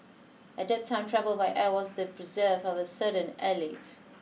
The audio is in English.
at that time travel by air was the preserve of a certain elite